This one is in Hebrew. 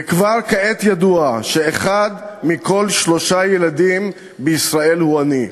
וכבר כעת ידוע שאחד מכל שלושה ילדים בישראל הוא עני.